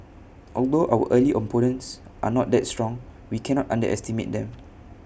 although our early opponents are not that strong we cannot underestimate them